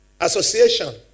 Association